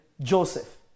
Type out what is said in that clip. Joseph